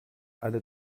alle